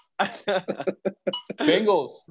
Bengals